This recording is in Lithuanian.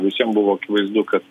visiem buvo akivaizdu kad